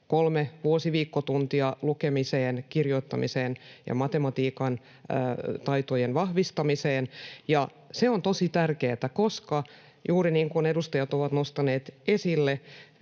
kolme vuosiviikkotuntia lukemiseen, kirjoittamiseen ja matematiikan taitojen vahvistamiseen. Se on tosi tärkeätä, koska juuri niin kuin edustajat ovat nostaneet esille,